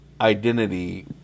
identity